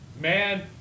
Man